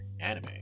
anime